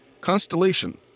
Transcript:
Constellation